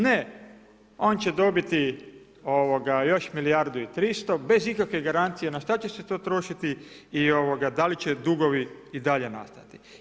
Ne, on će dobiti još milijardu i 300 bez ikakve garancije na šta će se to trošiti i da li će dugovi i dalje nastajati.